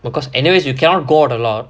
because anyways you cannot go out a lot